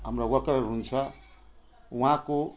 हाम्रा वर्करहरू हुनुहुन्छ उहाँको